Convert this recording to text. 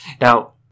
Now